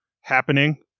happening